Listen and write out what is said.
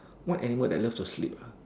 what animal that love to sleep